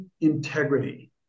integrity